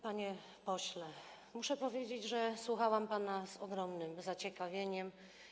Panie pośle, muszę powiedzieć, że słuchałam pana z ogromnym zaciekawieniem.